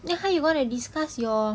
then how you gonna discuss your